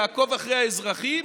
כדי לעקוב אחרי האזרחים